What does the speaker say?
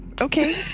okay